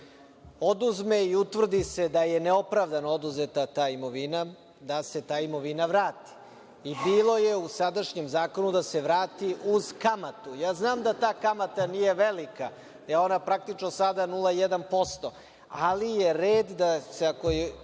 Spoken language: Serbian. oduzme i utvrdi se da je neopravdano oduzeta ta imovina, da se ta imovina vrati. Bilo je u sadašnjem zakonu da se vrati uz kamatu. Ja znam da ta kamata nije velika, ona je praktično sada 0,1%, ali je red ako su